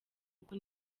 uko